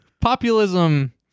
Populism